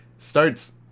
starts